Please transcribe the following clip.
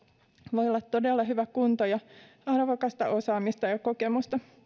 voi olla todella hyvä kunto ja arvokasta osaamista ja ja kokemusta